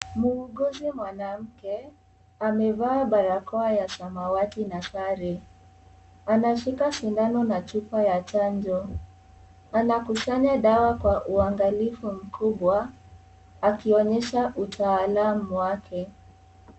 Mhuguzi mwanamke amevaa barakoa ya samawati na sare. Anashika sindano na chupa ya chanjo. Anakusanya dawa kwa uangalifu mkubwa akionyesha utaalamu wake.